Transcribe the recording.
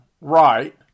right